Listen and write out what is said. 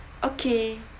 okay